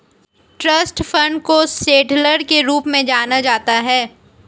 trust fund को settler के रूप में जाना जाता है